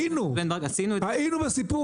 היינו.